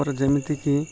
ପରେ ଯେମିତିକି